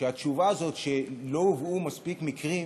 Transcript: שהתשובה הזאת שלא הובאו בה מספיק מקרים